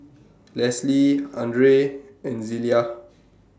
Leslee Andrae and Zelia